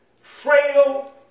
frail